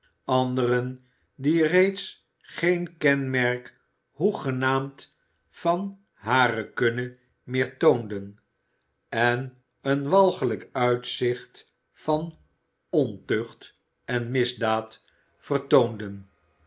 anderen die reeds geen kenmerk hoegenaamd van hare kunne meer toonden en een walgelijk uitzicht van ontucht en misdaad vertoonden